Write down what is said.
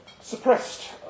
Suppressed